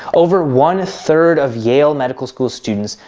over one third of yale medical school students,